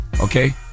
okay